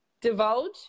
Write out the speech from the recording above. divulge